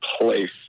place